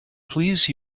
please